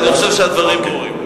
אני חושב שהדברים ברורים.